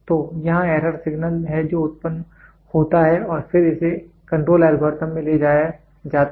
तो यहाँ error signal है जो उत्पन्न होता है और फिर इसे कंट्रोल एल्गोरिथ्म में ले जाया जाता है